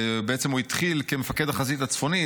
הוא בעצם התחיל כמפקד החזית הצפונית,